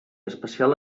especial